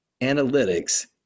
analytics